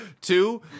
Two